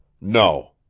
No